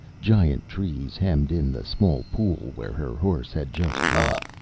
giant trees hemmed in the small pool where her horse had just drunk.